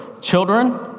children